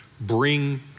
bring